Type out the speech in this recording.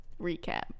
recap